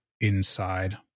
inside